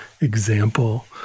example